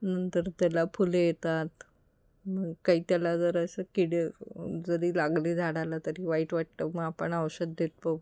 नंतर त्याला फुले येतात मग काही त्याला जर असं कीड जरी लागली झाडाला तरी वाईट वाटतं मग आपण औषध देतो